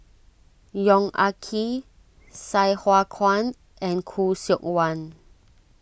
Yong Ah Kee Sai Hua Kuan and Khoo Seok Wan